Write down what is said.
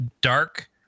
dark